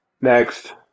next